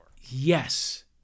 Yes